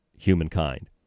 humankind